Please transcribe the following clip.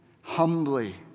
humbly